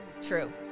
true